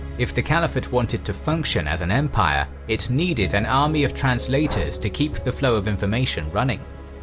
if the caliphate wanted to function as an empire, it needed an army of translators to keep the flow of information running.